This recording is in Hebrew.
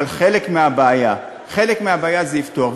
אבל חלק מהבעיה, חלק מהבעיה זה יפתור.